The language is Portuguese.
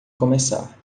começar